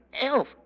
Elf